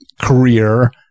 career